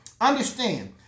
Understand